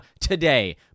today